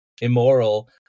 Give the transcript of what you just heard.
immoral